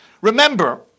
Remember